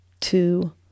two